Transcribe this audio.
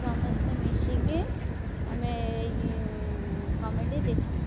ସମସ୍ତେ ମିଶିକି ଆମେ କମେଡ଼ି ଦେଖୁ